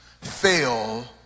fail